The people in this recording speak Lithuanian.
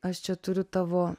aš čia turiu tavo